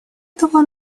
этого